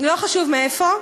לא חשוב מאיפה,